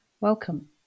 Welcome